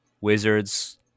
wizards